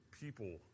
people